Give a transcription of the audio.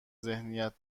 ذهنیت